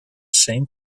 same